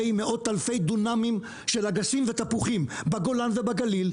עם מאות אלפי דונמים של אגסים ותפוחים בגולן ובגליל,